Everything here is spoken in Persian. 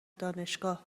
دانشگاه